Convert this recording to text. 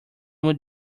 would